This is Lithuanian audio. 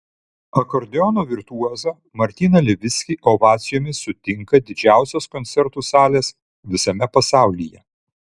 akordeono virtuozą martyną levickį ovacijomis sutinka didžiausios koncertų salės visame pasaulyje